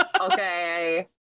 Okay